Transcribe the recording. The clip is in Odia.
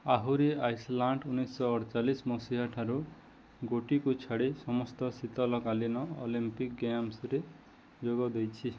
ଆହୁରି ଆଇସଲ୍ୟାଣ୍ଡ ଉଣେଇଶହ ଅଡ଼ଚାଲିଶ ମସିହାଠାରୁ ଗୋଟିକୁ ଛାଡ଼ି ସମସ୍ତ ଶୀତଲ କାଲୀନ ଅଲମ୍ପିକ୍ ଗେମ୍ସରେ ଯୋଗ ଦେଇଛି